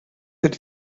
ydy